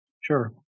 Sure